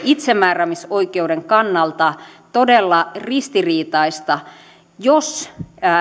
itsemääräämisoikeuden kannalta todella ristiriitaista jos